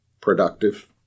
productive